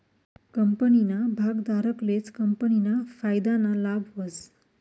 कंपनीना भागधारकलेच कंपनीना फायदाना लाभ व्हस